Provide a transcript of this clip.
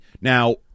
Now